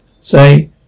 say